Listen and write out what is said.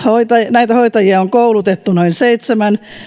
näitä hoitajia on koulutettu noin seitsemän